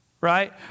Right